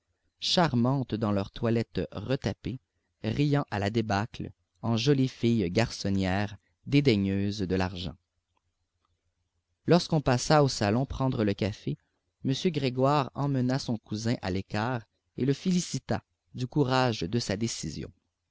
charmantes dans leurs toilettes retapées riant à la débâcle en jolies filles garçonnières dédaigneuses de l'argent lorsqu'on passa au salon prendre le café m grégoire emmena son cousin à l'écart et le félicita du courage de sa décision